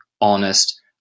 honest